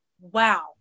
wow